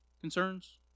concerns